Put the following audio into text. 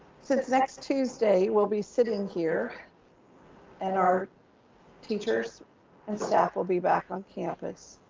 since next tuesday, we'll be sitting here and our teachers and staff will be back on campus.